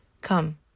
Come